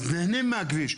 אז נהנים מהכביש,